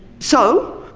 so,